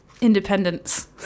Independence